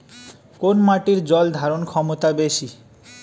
কোন মাটির জল ধারণ ক্ষমতা বেশি?